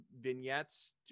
vignettes